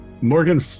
Morgan